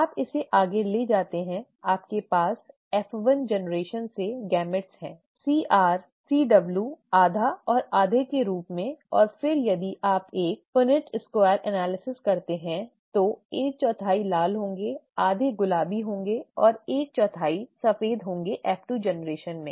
आप इसे आगे ले जाते हैं आपके पास F1 पीढ़ी से युग्मक हैं CR CW आधा और आधा के रूप में और फिर यदि आप एक पनिट् स्क्वायर विश्लेषण करते हैं तो एक चौथाई लाल होंगे आधे गुलाबी होंगे और एक चौथाई सफेद होंगे F2 पीढ़ी में